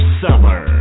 summer